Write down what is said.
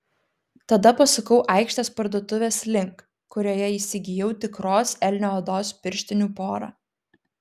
tada pasukau aikštės parduotuvės link kurioje įsigijau tikros elnio odos pirštinių porą